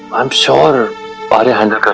i'm sure but and